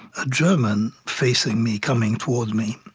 a german facing me, coming towards me,